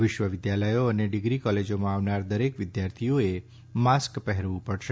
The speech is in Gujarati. વિશ્વવિદ્યાલયો અને ડીગ્રી કોલેજોમાં આવનાર દરેક વિદ્યાર્થીઓએ માસ્ક પહેરવુ પડશે